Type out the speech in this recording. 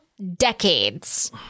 decades